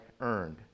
earned